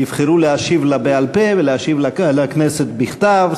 יבחרו להשיב לה בעל-פה ולהשיב לכנסת בכתב,